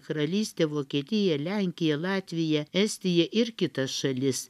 karalystę vokietiją lenkiją latviją estiją ir kitas šalis